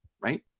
right